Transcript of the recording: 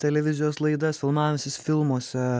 televizijos laidas filmavęsis filmuose